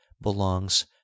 belongs